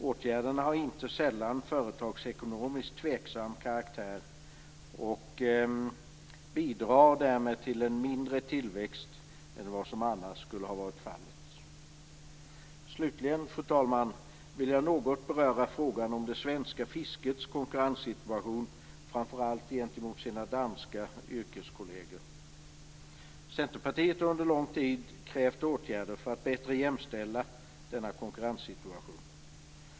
Åtgärderna har inte sällan företagsekonomiskt tveksam karaktär och bidrar därmed till en mindre tillväxt än vad som annars skulle ha varit fallet. Slutligen, fru talman, vill jag något beröra frågan om det svenska fiskets konkurrenssituation, framför allt gentemot danska yrkeskolleger. Centerpartiet har under lång tid krävt åtgärder för att bättre jämställa denna konkurrenssituation.